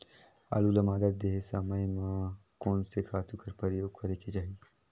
आलू ल मादा देहे समय म कोन से खातु कर प्रयोग करेके चाही?